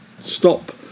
stop